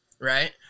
right